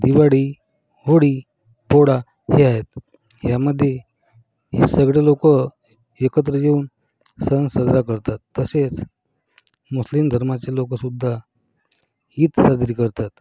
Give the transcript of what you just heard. दिवाळी होळी पोळा हे आहेत ह्यामध्ये हे सगळे लोक एकत्र येऊन सण साजरा करतात तसेच मुस्लिम धर्माचे लोकसुद्धा ईद साजरी करतात